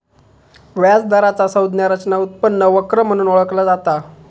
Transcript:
व्याज दराचा संज्ञा रचना उत्पन्न वक्र म्हणून ओळखला जाता